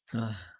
ah